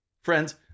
Friends